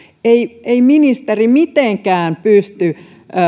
ei ei ministeri mitenkään pysty